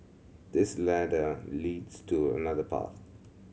this ladder leads to another path